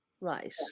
Right